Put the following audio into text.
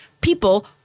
people